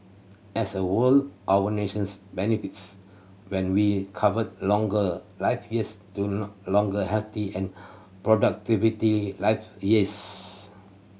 as a our nations benefits when we convert longer life years to longer healthy and productivity life years